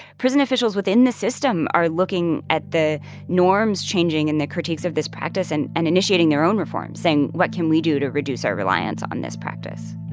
prison officials within the system are looking at the norms changing and the critics of this practice and and initiating their own reform, saying what can we do to reduce our reliance on this practice?